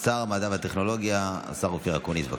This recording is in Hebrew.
שר החדשנות, המדע והטכנולוגיה, השר אופיר אקוניס.